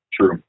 True